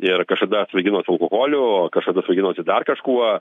ir kažkada svaiginos alkoholiu o kažkada svaiginosi dar kažkuo